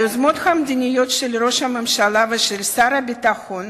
היוזמות המדיניות של ראש הממשלה ושל שר הביטחון